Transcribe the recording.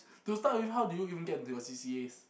to start with how do you even get into your C_C_As